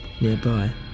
nearby